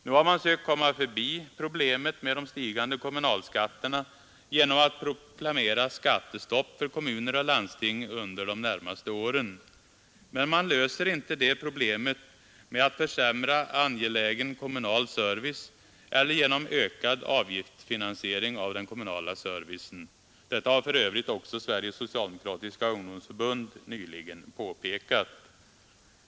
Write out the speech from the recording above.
Nu har man sökt komma förbi problemet med de stigande kommunalskatterna genom att proklamera skattestopp för kommuner och landsting under de närmaste åren. Men man löser inte det problemet med att försämra angelägen kommunal service eller genom ökad avgiftsfinansiering av den kommunala servicen. Detta har för övrigt också Sveriges socialdemokratiska ungdomsförbund nyligen påpekat.